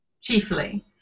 chiefly